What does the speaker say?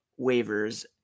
waivers